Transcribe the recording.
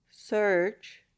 search